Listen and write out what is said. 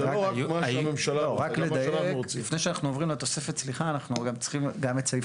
זה לא רק שהממשלה רוצה, זה גם מה שאנחנו רוצים.